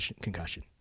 concussion